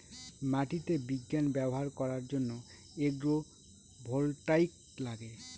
মাটিতে বিজ্ঞান ব্যবহার করার জন্য এগ্রো ভোল্টাইক লাগে